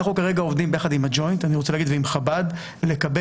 אנחנו כרגע עובדים ביחד עם הג'וינט ועם חב"ד לקבל